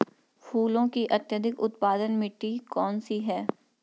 फूलों की अत्यधिक उत्पादन मिट्टी कौन सी है?